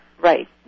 Right